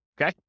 Okay